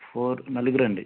four నలుగురు అండి